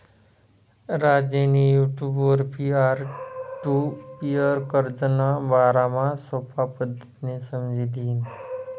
राजेंनी युटुबवर peer to peer कर्जना बारामा सोपा पद्धतीनं समझी ल्हिनं